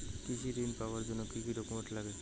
কৃষি ঋণ পাবার জন্যে কি কি ডকুমেন্ট নাগে?